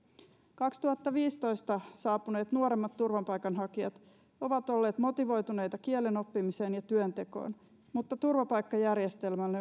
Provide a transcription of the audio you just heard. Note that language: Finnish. kaksituhattaviisitoista saapuneet nuoremmat turvapaikanhakijat ovat olleet motivoituneita kielenoppimiseen ja työntekoon mutta turvapaikkajärjestelmämme